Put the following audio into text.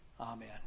Amen